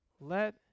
Let